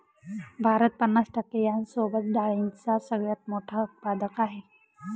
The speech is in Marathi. भारत पन्नास टक्के यांसोबत डाळींचा सगळ्यात मोठा उत्पादक आहे